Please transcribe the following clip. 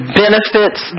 benefits